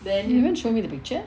you haven't showed me the picture